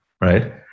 right